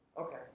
Okay